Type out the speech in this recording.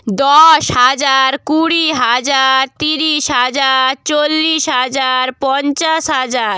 দশ হাজার কুড়ি হাজার তিরিশ হাজার চল্লিশ হাজার পঞ্চাশ হাজার